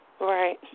Right